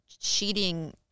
cheating